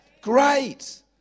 Great